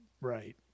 Right